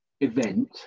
event